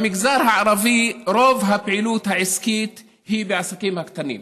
במגזר הערבי רוב הפעילות העסקית היא בעסקים הקטנים,